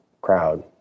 crowd